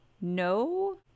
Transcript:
no